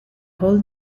hall